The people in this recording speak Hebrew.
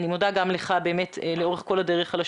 אני מודה לך על השותפות לאורך כל הדרך.